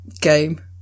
game